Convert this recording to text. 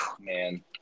Man